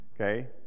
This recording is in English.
okay